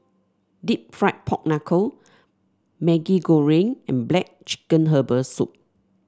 deep fried Pork Knuckle Maggi Goreng and black chicken Herbal Soup